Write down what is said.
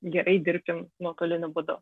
gerai dirbti nuotoliniu būdu